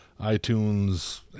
iTunes